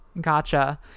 gotcha